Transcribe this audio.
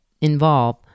involve